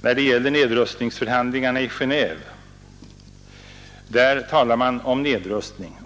När det gäller nedrustningsförhandlingarna i Genéve talar försvarsutredningen om nedrustning